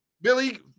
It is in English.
Billy